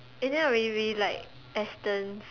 and ya we we like Astons